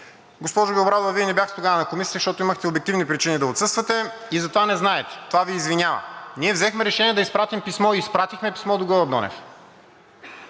госпожо Белобрадова, Вие не бяхте тогава на Комисията, защото имахте обективни причини да отсъствате, и затова не знаете, това Ви извинява – ние взехме решение да изпратим писмо и изпратихме писмо до Гълъб Донев.